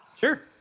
Sure